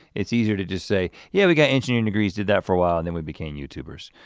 it's easy to just say, yeah, we got engineering degrees did that for a while, and then we became youtubers.